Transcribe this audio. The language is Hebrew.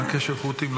מה הקשר לחות'ים?